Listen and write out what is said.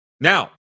Now